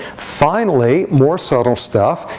finally, more subtle stuff,